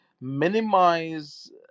minimize